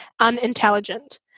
unintelligent